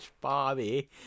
Bobby